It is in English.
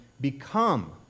become